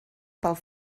pel